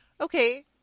okay